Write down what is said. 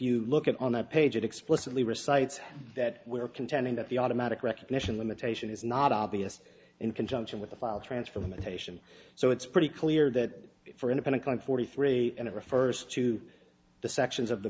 you look at on that page it explicitly recites that we're contending that the automatic recognition limitation is not obvious in conjunction with a file transfer limitation so it's pretty clear that for an opponent going forty three and it refers to the sections of the